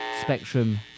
Spectrum